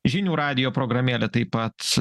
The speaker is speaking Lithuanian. žinių radijo programėlė taip pat